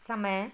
समय